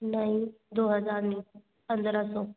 नहीं दो हज़ार नहीं पन्द्रह सौ